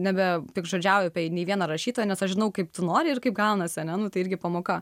nebe piktžodžiauju apie nei vieną rašytoją nes aš žinau kaip tu nori ir kaip gaunasi ane nu tai irgi pamoka